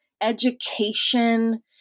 education